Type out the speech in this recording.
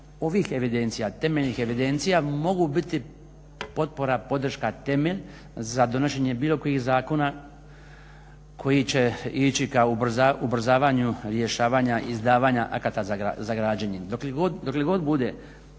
ovih evidencija, temeljnih evidencija, mogu biti potpora, podrška, temelj za donošenje bilo kojih zakona koji će ići ka ubrzavanju rješavanja izdavanja akata za građenje. Dokle god bude